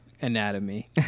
anatomy